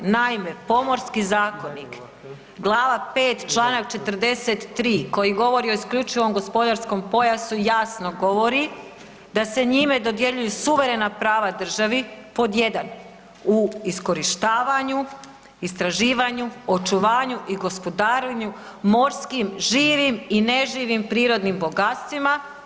Naime, Pomorski zakonik glava V. članak 43. koji govori o isključivom gospodarskom pojasu jasno govori da se njime dodjeljuju suverena prava državi pod jedan - u iskorištavanju, istraživanju, očuvanju i gospodarenju morskim živim i neživim prirodnim bogatstvima.